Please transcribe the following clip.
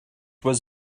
was